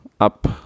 up